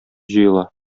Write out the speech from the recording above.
җыела